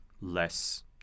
less